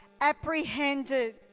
apprehended